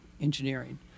engineering